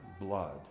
blood